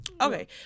Okay